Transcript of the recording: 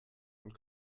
und